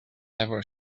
ever